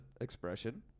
expression